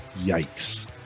yikes